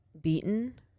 beaten